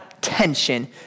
tension